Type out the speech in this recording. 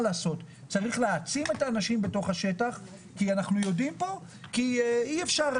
צריך להעצים את האנשים בתוך השטח כי אנחנו יודעים שאי אפשר,